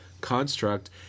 construct